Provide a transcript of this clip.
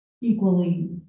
equally